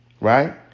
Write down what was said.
Right